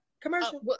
commercial